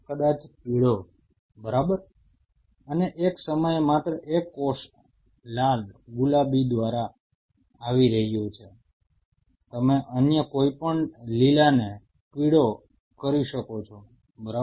કદાચ પીળો બરાબર અને એક સમયે માત્ર એક કોષ લાલ ગુલાબી દ્વારા આવી રહ્યો છે તમે અન્ય કોઈપણ લીલાને પીળો કરી શકો છો બરાબર